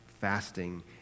fasting